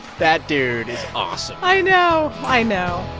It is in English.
that dude is awesome i know. i know